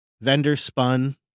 vendor-spun